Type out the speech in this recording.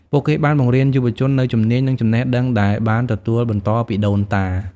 ពួកគេបានបង្រៀនយុវជននូវជំនាញ និងចំណេះដឹងដែលបានទទួលបន្តពីដូនតា។